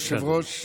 אדוני היושב-ראש,